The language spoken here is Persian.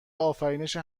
آفرینش